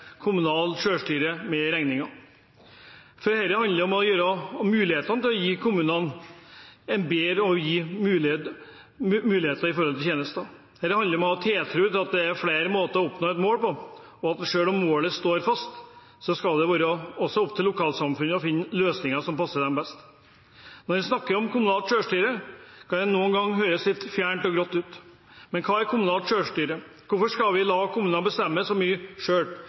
kommunalt selvstyre med i regningen. Dette handler om å gjøre det mulig å la kommunene tilby bedre tjenester. Dette handler om å ha tiltro til at det er flere måter å oppnå et mål på, og at selv om målet står fast, skal det være opp til lokalsamfunnene å finne løsninger som passer dem best. Når man snakker om kommunalt selvstyre, kan det noen ganger høres litt fjernt og grått ut. Hva er kommunalt selvstyre, og hvorfor skal vi la kommunene bestemme så mye